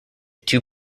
two